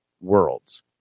worlds